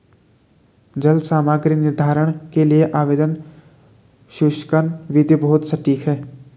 जल सामग्री निर्धारण के लिए ओवन शुष्कन विधि बहुत सटीक है